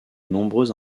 nombreuses